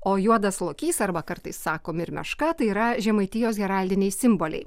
o juodas lokys arba kartais sakom ir meška tai yra žemaitijos heraldiniai simboliai